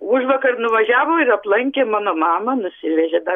užvakar nuvažiavo ir aplankė mano mamą nusivežė dar